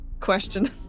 question